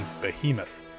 Behemoth